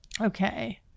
Okay